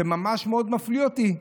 שממש מאוד מפליא אותי,